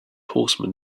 horseman